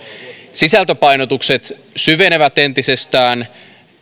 sisältöpainotukset syvenevät entisestään